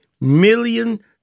million